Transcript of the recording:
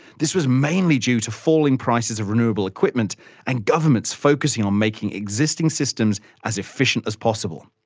this was mainly due to falling prices of renewable equipment and governments focusing on making existing systems as efficient as possible.